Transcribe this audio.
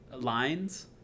lines